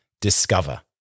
discover